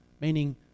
meaning